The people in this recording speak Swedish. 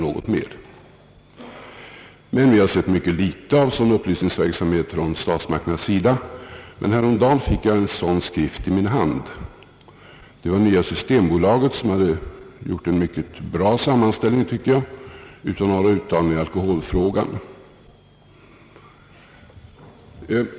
Vi har sett mycket litet av sådan upplysningsverksamhet från statsmakternas sida. Häromdagen fick jag emellertid en sådan skrift i min hand. Det var Nya systembolaget som hade gjort en mycket bra sammanställning av några uttalanden i alkoholfrågan.